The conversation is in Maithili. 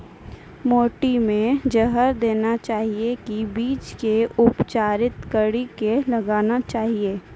माटी मे जहर देना चाहिए की बीज के उपचारित कड़ी के लगाना चाहिए?